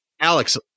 Alex